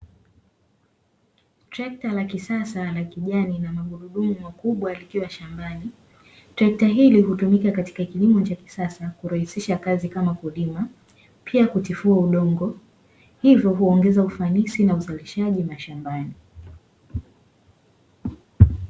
Trekta la kisasa la kijani na magurudumu makubwa likiwa shambani. Trekta hili hutimika katika kilimo cha kisasa. Kurahisisha kazi kama kulima, pia kutifua udongo, hivyo uongeza ufanisi na uzalishaji mashambani.